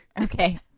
Okay